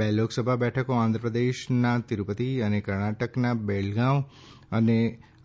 way Lok Sabha બેઠકો આંધ્રપ્રદેશના તિરૂપતિ અને કર્ણાટકના બેળગાંવ અને